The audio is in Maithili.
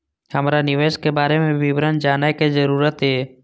हमरा निवेश के बारे में विवरण जानय के जरुरत ये?